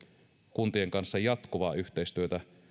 kuntien kanssa jatkuvaa yhteistyötä